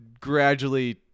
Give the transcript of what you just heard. gradually